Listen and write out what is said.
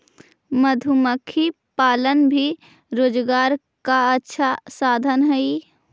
मधुमक्खी पालन भी रोजगार का अच्छा साधन हई